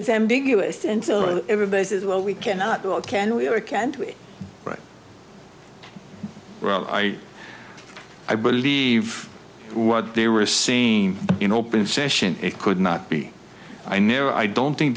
it's ambiguous and so everybody says well we cannot do it can we ever can do it right well i i believe what they were seen in open session it could not be i know i don't think